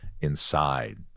inside